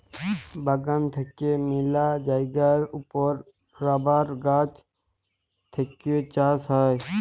বাগান থেক্যে মেলা জায়গার ওপর রাবার গাছ থেক্যে চাষ হ্যয়